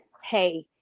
hey